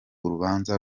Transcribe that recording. urubanza